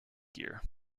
gear